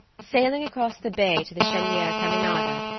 sailing across the bay to the cheniere caminada,